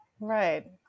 Right